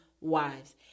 wives